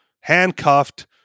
handcuffed